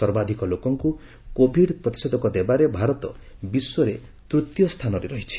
ସର୍ବାଧିକ ଲୋକଙ୍କୁ କୋଭିଡ ପ୍ତିଷେଧକ ଦେବାରେ ଭାରତ ବିଶ୍ୱରେ ତୃତୀୟ ସ୍ଥାନରେ ରହିଛି